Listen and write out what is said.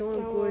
oh